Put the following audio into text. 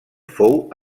fou